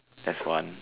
that's one